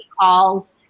calls